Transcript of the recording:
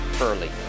Early